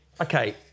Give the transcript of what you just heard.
okay